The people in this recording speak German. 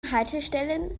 haltestellen